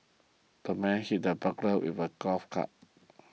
the man hit the burglar with a golf club